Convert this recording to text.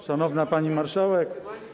Szanowna Pani Marszałek!